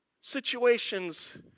situations